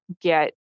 get